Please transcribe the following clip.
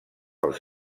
als